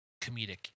comedic